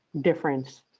difference